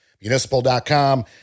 Municipal.com